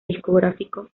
discográfico